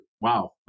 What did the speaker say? wow